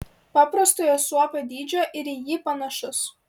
paprastojo suopio dydžio ir į jį panašus